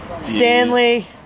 Stanley